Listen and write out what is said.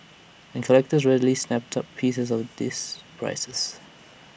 and collectors readily snap up pieces at these prices